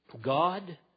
God